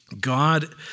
God